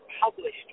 published